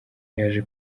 yaje